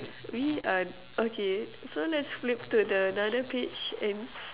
we are okay so let's flip to the another page and